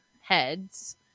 heads